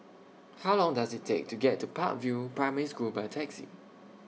How Long Does IT Take to get to Park View Primary School By Taxi